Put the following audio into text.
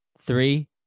three